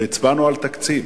והצבענו על תקציב.